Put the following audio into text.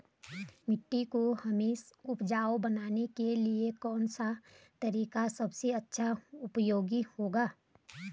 मिट्टी को हमें उपजाऊ बनाने के लिए कौन सा तरीका सबसे अच्छा उपयोगी होगा?